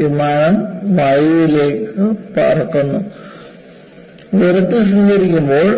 വിമാനം വായുവിലേക്ക് പറക്കുന്നു ഉയരത്തിൽ സഞ്ചരിക്കുമ്പോൾ